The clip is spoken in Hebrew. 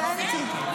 הבנתי.